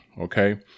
okay